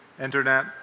internet